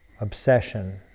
obsession